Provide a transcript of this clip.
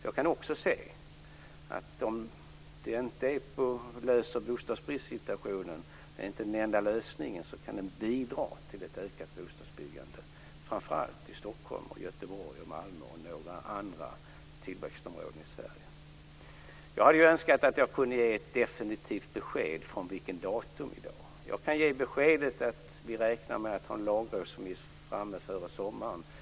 Jag kan också se att det inte är den enda lösningen på bostadsbristen, men tredimensionell fastighetsbildning kan bidra till ett ökat bostadsbyggande, framför allt i Stockholm, Göteborg, Malmö och i några andra tillväxtområden i Sverige. Jag önskar att jag hade kunnat ge ett definitivt besked om datumet. Jag kan ge det beskedet att vi räknar med att ha en lagrådsremiss klar före sommaren.